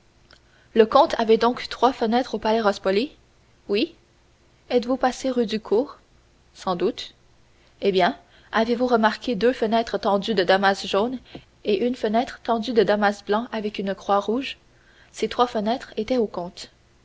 le comte avait donc trois fenêtres au palais rospoli oui êtes-vous passée rue du cours sans doute eh bien avez-vous remarqué deux fenêtres tendues de damas jaune et une fenêtre tendue de damas blanc avec une croix rouge ces trois fenêtres étaient au comte